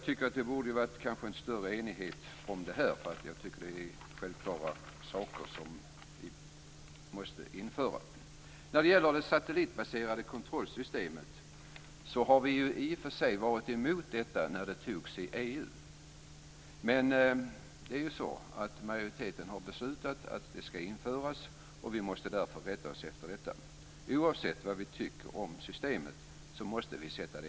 Det borde ha varit en större enighet om detta, därför att det är självklara saker som vi måste införa. När det gäller det satellitbaserade kontrollsystemet var vi i och för sig emot detta när det togs i EU. Men majoriteten har beslutat att det skall införas, och vi måste rätta oss efter detta. Oavsett vad vi tycker om systemet måste vi genomföra det.